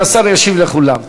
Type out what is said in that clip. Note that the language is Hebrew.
והשר ישיב לכולם.